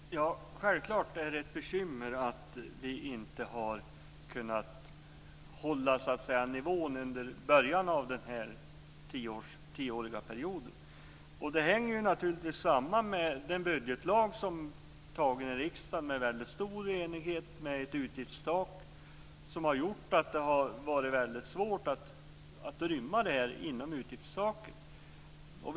Fru talman! Självklart är det ett bekymmer att vi inte har kunnat hålla nivån under början av den tioåriga perioden. Det hänger naturligtvis samman med den budgetlag med ett utgiftstak som antagits av riksdagen i väldigt stor enighet. Det har varit väldigt svårt att rymma dessa åtgärder inom utgiftstaket.